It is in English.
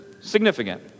significant